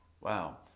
Wow